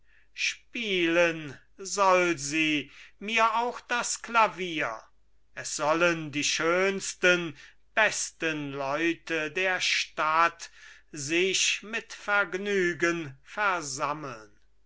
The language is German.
spielen soll sie mir auch das klavier es sollen die schönsten besten leute der stadt sich mit vergnügen versammeln